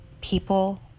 people